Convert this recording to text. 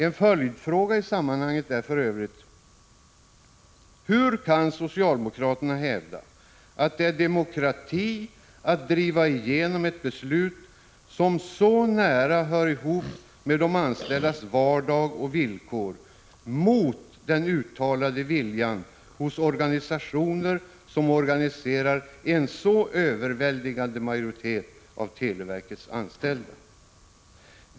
En följdfråga i sammanhanget är för övrigt: Hur kan socialdemokraterna hävda att det är ! demokrati att driva igenom ett beslut som så nära hör ihop med de anställdas vardag och villkor, mot den uttalade viljan hos organisationer som organise 2 rar en så överväldigande majoritet av televerkets anställda?